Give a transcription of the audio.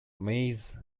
maize